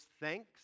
thanks